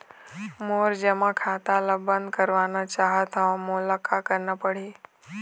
मोर जमा खाता ला बंद करवाना चाहत हव मोला का करना पड़ही?